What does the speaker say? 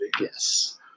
Yes